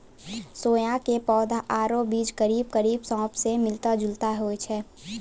सोया के पौधा आरो बीज करीब करीब सौंफ स मिलता जुलता होय छै